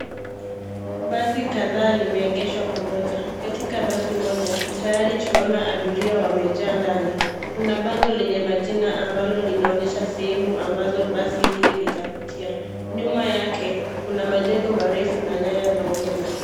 Basi kadhaa limeegeshwa pamoja, katika basi moja, tayari tunaona abiria wamejaa ndani. Kuna bango lenye majina ambalo linaonyesha sehemu ambazo basi hili litapitia. Nyuma yake, kuna majengo marefu na nyaya za umeme.